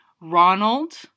Ronald